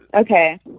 Okay